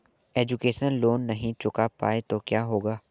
Education loan नहीं चुका पाए तो क्या होगा?